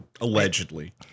allegedly